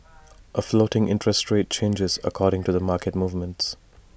A floating interest rate changes according to market movements